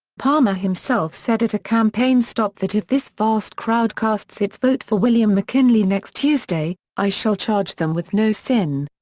palmer himself said at a campaign stop that if this vast crowd casts its vote for william mckinley next tuesday, i shall charge them with no sin.